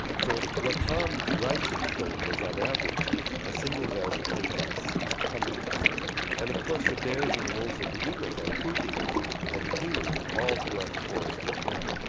so what tom reimchen showed was on average a single bear will take about six hundred salmon. and of course the bears and the wolves and the eagles are pooping and peeing all throughout the forest as well.